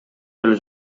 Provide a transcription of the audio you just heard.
келе